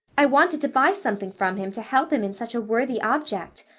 i wanted to buy something from him to help him in such a worthy object.